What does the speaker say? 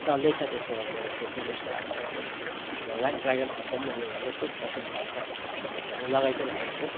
चल्दैछ त्यसको मेरो खेती बिस्तारोसँगले र ड्र्यागन फ्रुटको पनि मैले हेर्दैछु कसरी जान्छ हेर्नु लगाइ चाहिँ राखेको छु